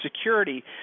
security